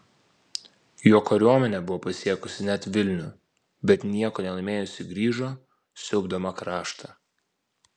jo kariuomenė buvo pasiekusi net vilnių bet nieko nelaimėjusi grįžo siaubdama kraštą